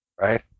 Right